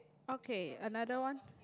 okay another one